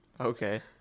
Okay